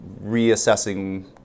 reassessing